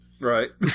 Right